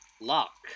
lock